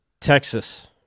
Texas